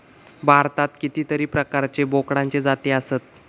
भारतात कितीतरी प्रकारचे बोकडांचे जाती आसत